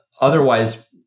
otherwise